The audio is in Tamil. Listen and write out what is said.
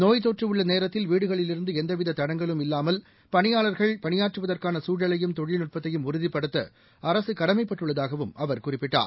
நோய்த் தொற்று உள்ள நேரத்தில் வீடுகளிலிருந்து எந்தவித தடங்கலும் இல்லாமல் பணியாளர்கள் பணியாற்றுவதற்கான சூழலையும் தொழில்நுட்பத்தையும் உறுதிப்படுத்த அரசு கடமைப்பட்டுள்ளதாகவும் அவர் குறிப்பிட்டார்